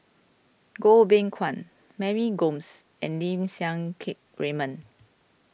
Goh Beng Kwan Mary Gomes and Lim Siang Keat Raymond